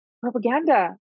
propaganda